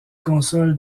consonnes